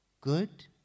good